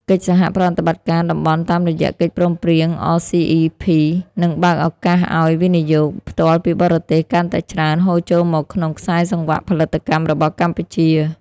កិច្ចសហប្រតិបត្តិការតំបន់តាមរយៈកិច្ចព្រមព្រៀង RCEP នឹងបើកឱកាសឱ្យ វិនិយោគផ្ទាល់ពីបរទេស កាន់តែច្រើនហូរចូលមកក្នុងខ្សែសង្វាក់ផលិតកម្មរបស់កម្ពុជា។